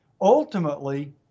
ultimately